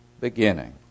beginning